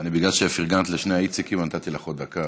בגלל שפרגנת לשני האיציקים, נתתי לך עוד דקה.